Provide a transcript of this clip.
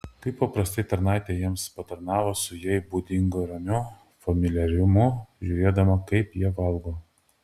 kaip paprastai tarnaitė jiems patarnavo su jai būdingu ramiu familiarumu žiūrėdama kaip jie valgo